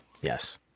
yes